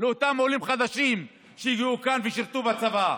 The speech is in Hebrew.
לאותם עולים חדשים שהגיעו לכאן ושירתו בצבא,